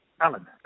Alan